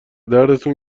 دردتون